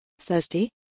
Thirsty